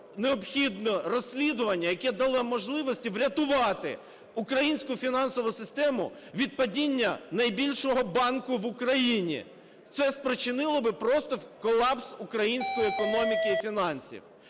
необхідне розслідування, яке дало можливість врятувати українську фінансову систему від падіння найбільшого банку в Україні! Це спричинило би просто колапс української економіки і фінансів.